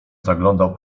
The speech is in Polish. zaglądał